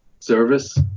service